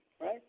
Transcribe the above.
right